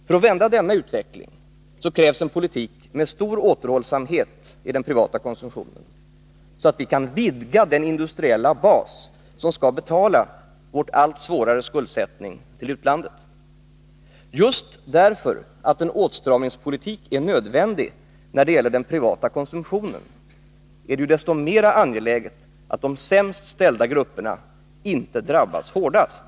För att vända denna utveckling krävs en politik med stor återhållsamhet i den privata konsumtionen, så att vi kan vidga den industriella bas som skall betala vår allt svårare skuldsättning till utlandet. Just därför att en åtstramningspolitik är nödvändig när det gäller den privata konsumtionen är Nr 50 det desto mer angeläget att de sämst ställda grupperna inte drabbas hårdast.